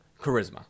Charisma